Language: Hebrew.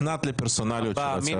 יפה שאת לא נכנסת לפרסונליות של ההצעה הזאת.